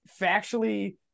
factually